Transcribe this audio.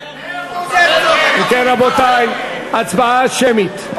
אם כן, רבותי, הצבעה שמית.